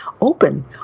open